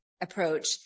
approach